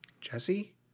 jesse